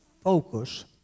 focus